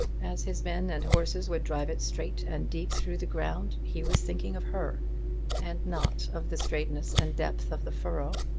as his men and horses would drive it straight and deep through the ground, he was thinking of her and not of the straightness and depth of the furrow,